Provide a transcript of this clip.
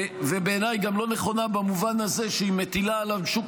ובעיניי היא גם לא נכונה במובן הזה שהיא מטילה על השוק